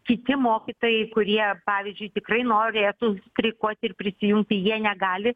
kiti mokytojai kurie pavyzdžiui tikrai norėtų streikuoti ir prisijungti jie negali